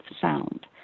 sound